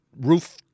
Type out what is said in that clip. roof